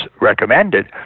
recommended